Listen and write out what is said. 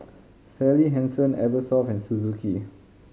Sally Hansen Eversoft and Suzuki